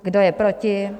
Kdo je proti?